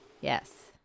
yes